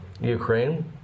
Ukraine